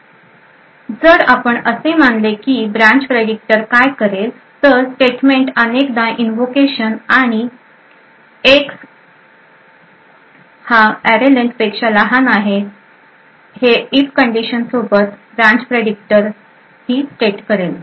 जर आपण असे मानले की ब्रांचप्रेडिक्टरकाय करेलतर स्टेटमेंट अनेकदा इंवोकेशन आणि X हा array len पेक्षा लहान आहे कंडीशन सोबत ब्रांचप्रेदिक्टर ही स्टेट करेल